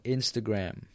Instagram